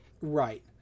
right